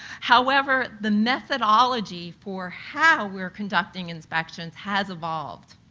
however, the methodology for how we're conducting inspections has evolved.